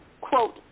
quote